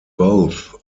both